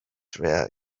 there